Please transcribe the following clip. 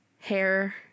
hair